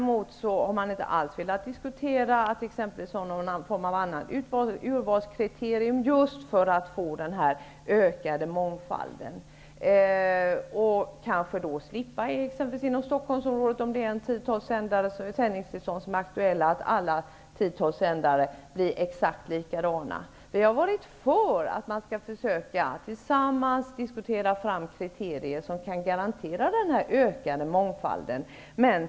Man har inte alls velat diskutera några andra former av urvalskriterier för att just få denna ökade mångfald, för att exempelvis inom Stockholmsområdet undvika att tio till tolv sändare blir exakt lika. Vi har varit för att man tillsammans skall försöka diskutera fram kriterier som kan garantera den här ökade mångfalden.